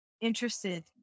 interested